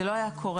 זה לא היה קורה.